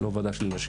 היא לא ועדה של נשים.